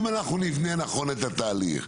אם אנחנו נבנה נכון את התהליך,